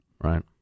Right